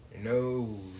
No